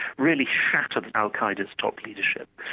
really shatter al-qa'eda's top leadership,